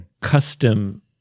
custom